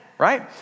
right